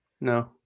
No